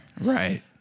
Right